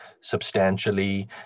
substantially